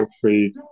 free